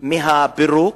של הפירוק,